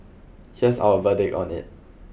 here's our verdict on it